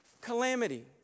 calamity